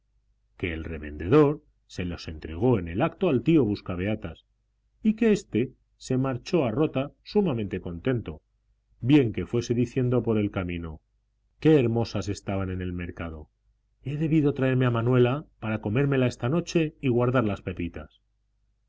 que el revendedor se los entregó en el acto al tío buscabeatas y que éste se marchó a rota sumamente contento bien que fuese diciendo por el camino qué hermosas estaban en el mercado he debido traerme a manuela para comérmela esta noche y guardar las pepitas